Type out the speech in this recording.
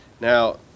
Now